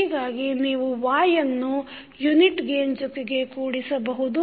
ಹೀಗಾಗಿ ನೀವು yಯನ್ನು ಯೂನಿಟ್ ಗೇನ್ ಜೊತೆಗೆ ಕೂಡಿಸಬಹುದು